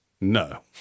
no